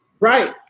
Right